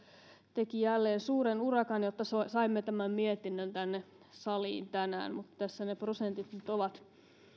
teki jälleen suuren urakan jotta saimme tämän mietinnön tänne saliin tänään mutta tässä ne prosentit nyt ovat